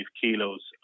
kilos